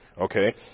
Okay